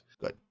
Good